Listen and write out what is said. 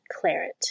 Claret